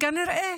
כנראה